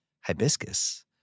hibiscus